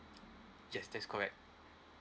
yes that's correct